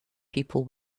people